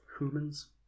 humans